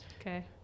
okay